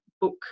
book